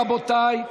רבותיי,